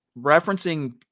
referencing